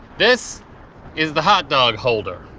this is the hot dog holder.